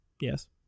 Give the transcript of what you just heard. Yes